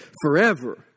forever